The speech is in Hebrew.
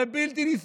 זה בלתי נסבל.